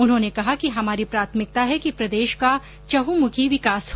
उन्होंने कहा कि कहा कि हमारी प्राथमिकता है कि प्रदेश का चहुंमुखी विकास हो